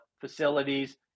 facilities